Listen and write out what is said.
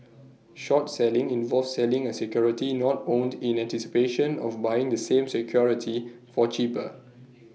short selling involves selling A security not owned in anticipation of buying the same security for cheaper